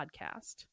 podcast